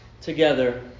together